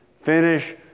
Finish